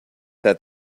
that